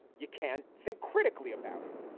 you can't think critically about it.